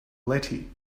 letty